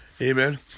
Amen